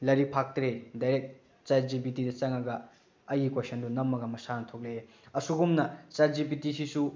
ꯂꯥꯏꯔꯤꯛ ꯐꯥꯛꯇ꯭ꯔꯦ ꯗꯥꯏꯔꯦꯛ ꯆꯥꯠ ꯖꯤ ꯄꯤ ꯇꯤꯗ ꯆꯪꯉꯒ ꯑꯩꯒꯤ ꯀꯣꯏꯁꯟꯗꯨ ꯅꯝꯃꯒ ꯃꯁꯥꯅ ꯊꯣꯛꯂꯛꯑꯦ ꯑꯁꯤꯒꯨꯝꯅ ꯆꯥꯠ ꯖꯤ ꯄꯤ ꯇꯤꯁꯤꯁꯨ